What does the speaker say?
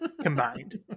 combined